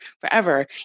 forever